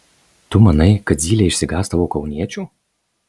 tu manai kad zylė išsigąs tavo kauniečių